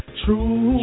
true